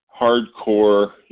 hardcore